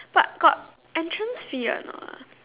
but got entrance fee or not